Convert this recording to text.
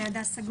(היו"ר שרן מרים השכל)